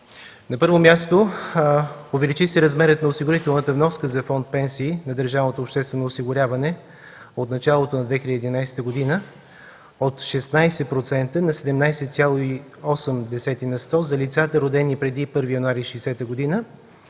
На първо място, увеличи се размерът на осигурителната вноска за фонд „Пенсии” на държавното обществено осигуряване от началото на 2011 г. от 16% на 17,8 на сто за лицата, родени преди 1 януари 1960 г. и